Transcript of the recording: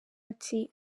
ati